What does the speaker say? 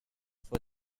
for